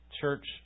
church